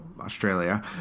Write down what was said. australia